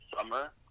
summer